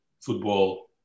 football